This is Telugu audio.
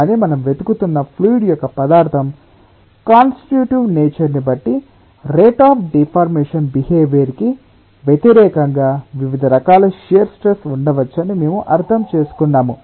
కానీ మనం వెతుకుతున్న ఫ్లూయిడ్ యొక్క పదార్థం కాన్సిటిట్యూటివ్ నేచర్ ని బట్టి రేట్ అఫ్ డిఫర్మేషన్ బిహేవియర్ కి వ్యతిరేకంగా వివిధ రకాల షియర్ స్ట్రెస్ ఉండవచ్చునని మేము అర్థం చేసుకున్నాము